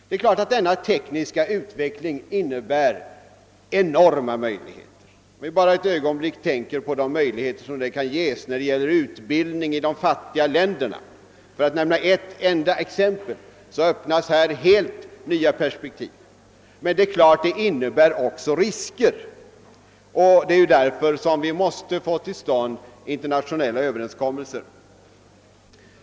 Självfallet innebär denna tekniska utveckling enorma möjligheter. Låt oss bara ett ögonblick tänka på vilka möjligheter som därigenom kan ges när det gäller utbildning i de fattiga länderna — för att bara nämna ett enda exempel. I detta sammanhang öppnas helt nya perspektiv. Men utvecklingen innebär självfallet också risker, och det är därför vi måste få till stånd internationella överenskommelser.